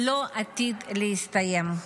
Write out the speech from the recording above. לא עתיד להסתיים.